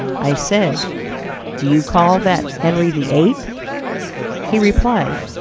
i said do you call that henry the eighth he replied,